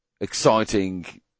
exciting